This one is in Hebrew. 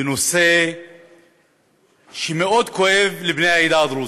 בנושא שמאוד כואב לבני העדה הדרוזית: